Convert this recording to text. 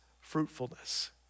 fruitfulness